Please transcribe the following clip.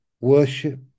worship